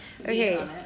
Okay